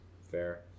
Fair